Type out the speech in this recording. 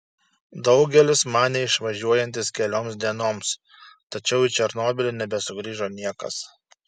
daugelis manė išvažiuojantys kelioms dienoms tačiau į černobylį nebesugrįžo niekas